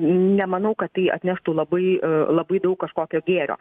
nemanau kad tai atneštų labai labai daug kažkokio gėrio